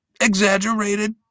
exaggerated